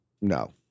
No